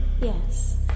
yes